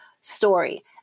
story